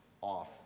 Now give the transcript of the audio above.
off